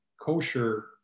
kosher